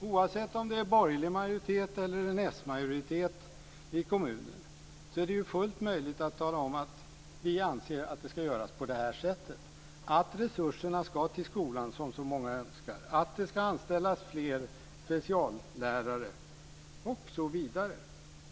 Oavsett om det är borgerlig eller socialdemokratisk majoritet i kommunen är det fullt möjligt att tala om att vi anser att det ska göras på det här sättet, nämligen att resurserna ska till skolan, som så många önskar, att det ska anställas fler speciallärare osv.